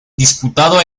disputado